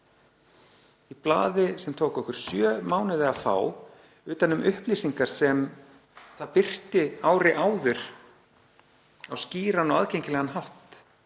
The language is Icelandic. í blaði sem tók okkur sjö mánuði að fá utan um upplýsingar sem það birti ári áður á skýran og aðgengilegan hátt